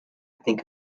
think